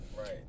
right